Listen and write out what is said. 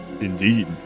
Indeed